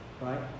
right